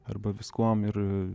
arba viskuom ir